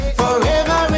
forever